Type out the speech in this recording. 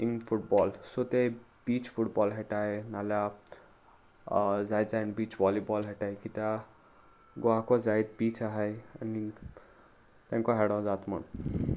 in football सो ते beach football खेळटाय नाल्यार जायत जायन बीच वॉलीबॉल खेळटाय कित्या गोवा को जायत बीच आसाय आनी तांकां खेळो जाता म्हूण